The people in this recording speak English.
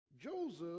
Joseph